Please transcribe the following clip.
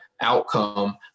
outcome